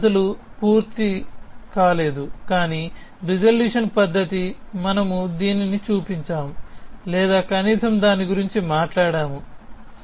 ఆ పద్ధతులు పూర్తి కాలేదు కాని రిజల్యూషన్ పద్ధతి మనము దీనిని చూపించాము లేదా కనీసం దాని గురించి మాట్లాడాము